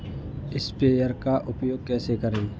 Sprayer का उपयोग कैसे करें?